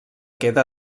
queda